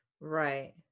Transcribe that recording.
Right